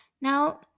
Now